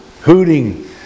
hooting